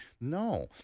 no